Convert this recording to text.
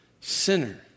sinner